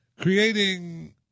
creating